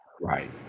Right